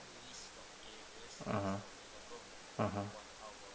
mmhmm mmhmm